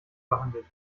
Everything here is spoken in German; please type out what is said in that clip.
behandelt